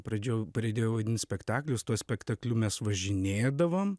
pradžioj pradėjau vaidint spektaklius tuo spektakliu mes važinėdavom